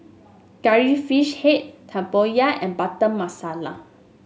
Curry Fish Head tempoyak and Butter Masala